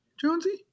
Jonesy